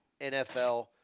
NFL